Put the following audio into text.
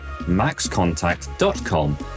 maxcontact.com